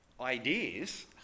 ideas